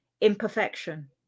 imperfection